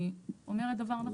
אני אומרת דבר נכון?